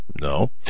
no